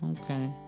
okay